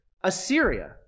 Assyria